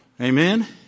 Amen